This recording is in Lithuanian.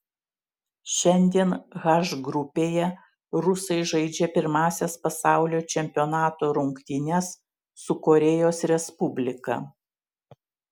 šiandien h grupėje rusai žaidžia pirmąsias pasaulio čempionato rungtynes su korėjos respublika